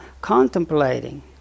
contemplating